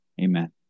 Amen